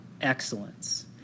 excellence